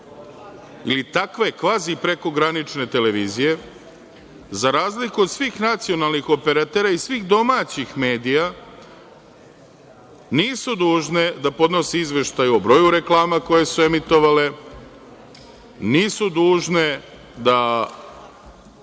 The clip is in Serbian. ili takve kvazi prekogranične televizije za razliku od svih nacionalnih operatera i svih domaćih medija nisu dužne da podnose izveštaj o broju reklama koje su emitovale, nisu dužne da